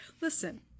listen